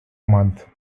month